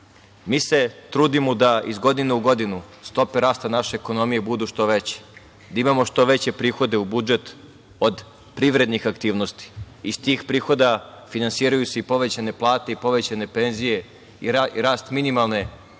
se trudimo da iz godine u godinu stope rasta naše ekonomije budu što veće. Da imamo što već prihode u budžet od privrednih aktivnosti. Iz tih prihoda finansiraju se i povećane plate, povećane penzije i rast minimalne cene